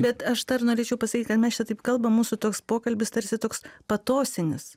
bet aš dar norėčiau pasakyt kad mes čia taip kalbam mūsų toks pokalbis tarsi toks patosinis